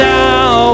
now